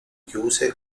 chiuse